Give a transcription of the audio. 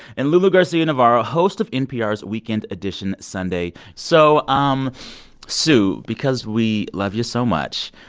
and lulu garcia-navarro, host of npr's weekend edition sunday. so, um sue, because we love you so much,